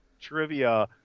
trivia